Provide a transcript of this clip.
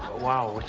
wow,